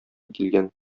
килгән